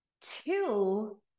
Two